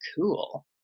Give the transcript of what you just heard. cool